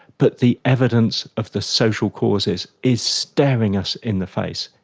but the evidence of the social causes is staring us in the face.